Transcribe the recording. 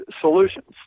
solutions